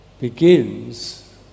begins